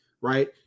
right